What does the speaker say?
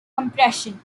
compression